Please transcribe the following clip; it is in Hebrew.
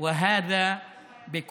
אני אומר